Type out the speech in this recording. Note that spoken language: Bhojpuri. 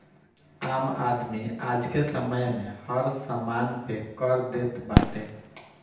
आम आदमी आजके समय में हर समान पे कर देत बाटे